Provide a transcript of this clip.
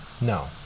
No